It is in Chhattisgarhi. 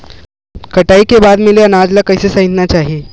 कटाई के बाद मिले अनाज ला कइसे संइतना चाही?